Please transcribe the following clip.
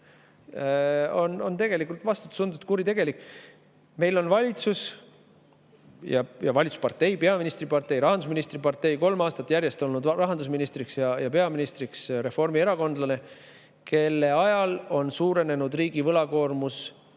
ei järgi, on vastutustundetu ja kuritegelik. Meil on valitsus ja valitsuspartei, peaministripartei, rahandusministripartei – kolm aastat järjest on olnud rahandusministriks ja peaministriks reformierakondlased –, kelle ajal on riigi võlakoormus